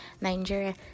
nigeria